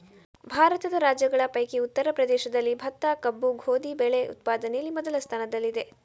ಭಾರತದ ರಾಜ್ಯಗಳ ಪೈಕಿ ಉತ್ತರ ಪ್ರದೇಶದಲ್ಲಿ ಭತ್ತ, ಕಬ್ಬು, ಗೋಧಿ ಬೆಳೆ ಉತ್ಪಾದನೆಯಲ್ಲಿ ಮೊದಲ ಸ್ಥಾನದಲ್ಲಿದೆ